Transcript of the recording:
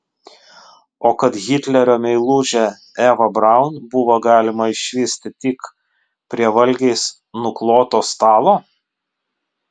o kad hitlerio meilužę evą braun buvo galima išvysti tik prie valgiais nukloto stalo